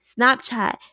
Snapchat